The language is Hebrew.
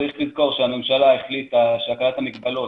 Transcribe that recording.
צריך לזכור שהממשלה החליטה שהקלת המגבלות,